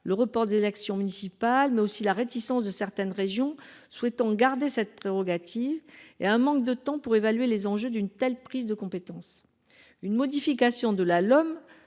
le report des élections municipales, mais aussi la réticence de certaines régions souhaitant garder cette prérogative et un manque de temps pour évaluer les enjeux d’une telle prise de compétence. Une modification de la LOM